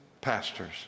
pastors